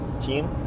team